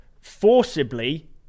forcibly